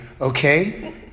okay